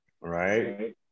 Right